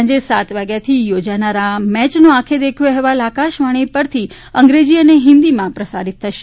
સાંજે સાત વાગ્યાથી યોજાનારી આ મેચનો આંખે દેખ્યો અહેવાલ આકાશવાણીપરથી અંગ્રેજી અને હિંદીમાં પ્રસારિત થશે